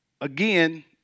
again